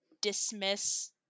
dismiss